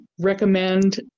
recommend